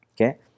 Okay